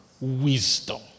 wisdom